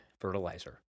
Fertilizer